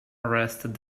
arrested